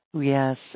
Yes